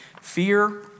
fear